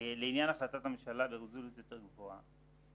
לעניין החלטת הממשלה --- יותר גבוהה.